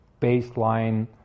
baseline